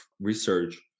research